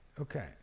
Okay